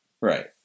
Right